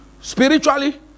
spiritually